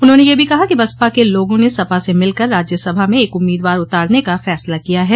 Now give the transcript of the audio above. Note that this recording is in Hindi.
उन्होंने यह भी कहा कि बसपा के लोगों ने सपा से मिलकर राज्य सभा में एक उम्मीदवार उतारने का फैसला किया है